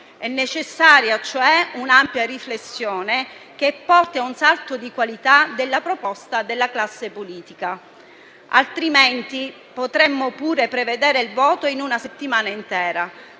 È necessaria, cioè, un'ampia riflessione che porti a un salto di qualità della proposta della classe politica; altrimenti potremmo pure prevedere il voto in una settimana intera,